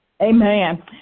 Amen